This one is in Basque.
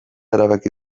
erabaki